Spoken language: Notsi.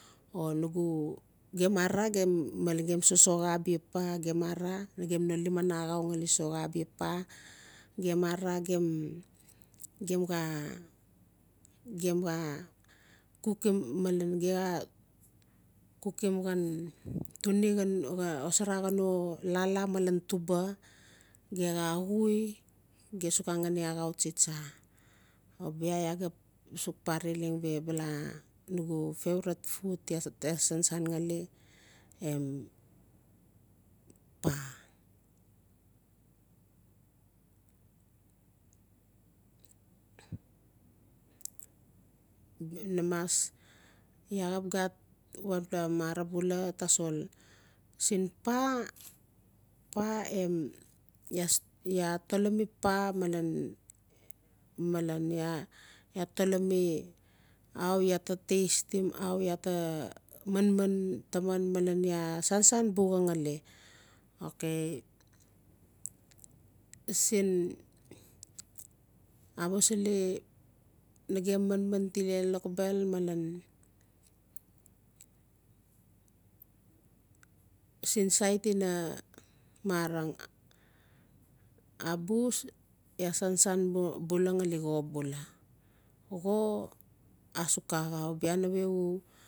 O nugu gem arara gem male sosoxa abia paa nagem no liman a axau ngali soxa paa gem arara gem xaa gem xaa kukim malen ge xa kukim ngan tuni xhan xosara xano lala malen tuva i ge xa axui ge suk pare leng we bala nugu favourtie food iaa sansan ngali em paa namas iaa xap gat wanpela mara bula tasol siin paa-paa em iaa atolomi paa malen-malen iaa atolomi au iaata taistim au iaa ta manman taman malen iaa sansan buxa ngali okay siin amusili nagem manman tile lokobel malen siin sait ina marang abus iaa sansan bula ngali xo bula xo asuk axau bia nawe u